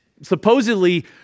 supposedly